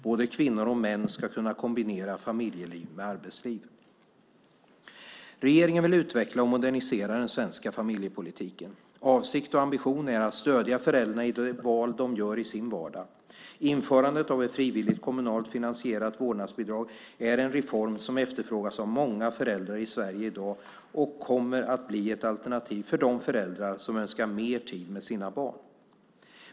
Både kvinnor och män ska kunna kombinera familjeliv med arbetsliv. Regeringen vill utveckla och modernisera den svenska familjepolitiken. Avsikt och ambition är att stödja föräldrarna i de val de gör i sin vardag. Införandet av ett frivilligt kommunalt finansierat vårdnadsbidrag är en reform som efterfrågas av många föräldrar i Sverige i dag och kommer att bli ett alternativ för de föräldrar som önskar mer tid med sina barn.